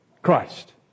Christ